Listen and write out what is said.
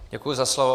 Děkuji za slovo.